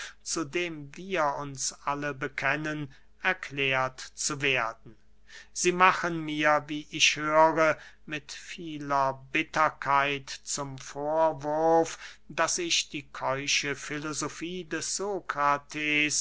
zu dem wir uns alle bekennen erklärt zu werden sie machen mir wie ich höre mit vieler bitterkeit zum vorwurf daß ich die keusche filosofie des